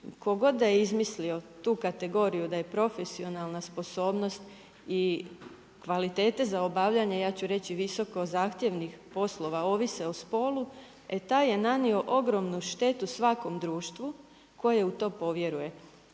god da je izmislio tu kategoriju da je profesionalna sposobnost i kvalitete za obavljanje, ja ću reći visoko zahtjevnih poslova, ovise o spolu, e taj je nanio ogromnu štetu svakom društvu koje u to povjeruje.